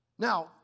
Now